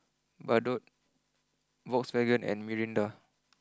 Bardot Volkswagen and Mirinda